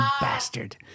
bastard